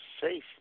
safe